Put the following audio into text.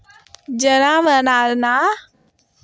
जनावरांना हिरवा चारा जास्त घालावा का?